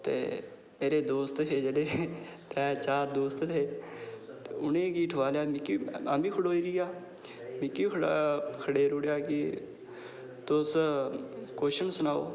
ते मेरे दोस्त हे जेह्ड़े त्रै चार दोस्त हे ते उ'नेंगी ठोआलेआ आम्मीं खड़ोई रेहा मिगी बी खडेरी ओड़ेआ की तुस क्वश्चन सनाओ